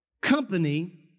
company